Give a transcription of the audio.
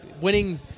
winning